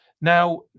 Now